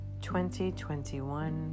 2021